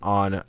on